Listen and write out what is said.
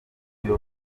nibo